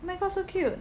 oh my god so cute